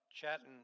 chatting